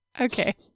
Okay